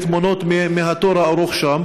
תמונות מהתור הארוך שם.